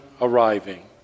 arriving